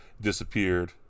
disappeared